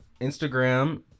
Instagram